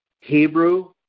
Hebrew